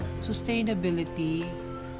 sustainability